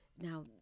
Now